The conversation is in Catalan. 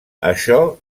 això